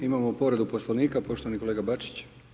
Imamo povredu Poslovnika, poštovani kolega Bačić.